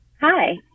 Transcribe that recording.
Hi